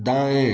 दाएँ